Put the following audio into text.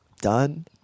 done